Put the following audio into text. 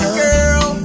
girl